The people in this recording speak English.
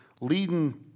leading